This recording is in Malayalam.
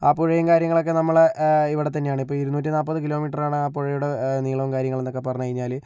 ആ പുഴയും കാര്യങ്ങളൊക്കെ നമ്മളെ ഇവിടെത്തന്നെയാണ് ഇപ്പോൾ ഇരുന്നൂറ്റി നാൽപ്പത് കിലോമീറ്ററാണ് ആ പുഴയുടെ നീളവും കാര്യങ്ങളെന്നൊക്കെ പറഞ്ഞുകഴിഞ്ഞാൽ